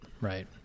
right